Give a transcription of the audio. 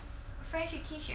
friendship kinship or love